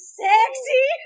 sexy